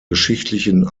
geschichtlichen